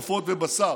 עופות ובשר.